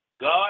God